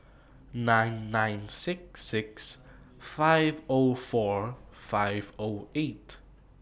nine nine six six five O four five O eight